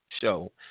show